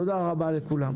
תודה רבה לכולם.